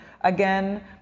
again